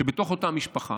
שזה בתוך אותה משפחה.